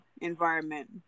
environment